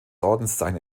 ordenszeichen